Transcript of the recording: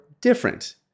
different